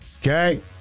Okay